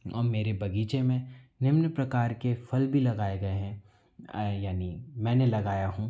और मेरे बगीचे में निम्न प्रकार के फल भी लगाए गए हैं यानि मैंने लगाया हूँ